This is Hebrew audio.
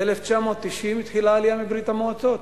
ב-1990 התחילה העלייה מברית-המועצות,